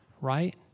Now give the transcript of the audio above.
right